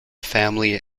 family